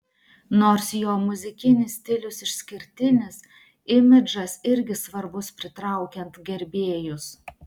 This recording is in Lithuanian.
nors jo muzikinis stilius išskirtinis imidžas irgi svarbus pritraukiant gerbėjus